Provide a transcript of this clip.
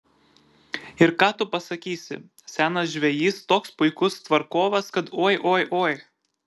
ir ką tu pasakysi senas žvejys toks puikus tvarkovas kad oi oi oi